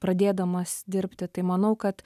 pradėdamas dirbti tai manau kad